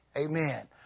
Amen